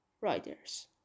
riders